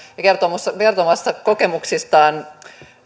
ja kertomassa kertomassa kokemuksistaan